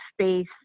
space